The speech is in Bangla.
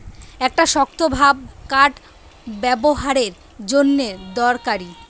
একটা শক্তভাব কাঠ ব্যাবোহারের জন্যে দরকারি